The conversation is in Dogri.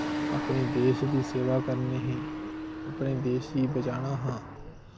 अपने देश दी सेवा करनी ही अपने देश गी बचाना हा